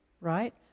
right